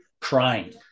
crying